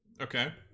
Okay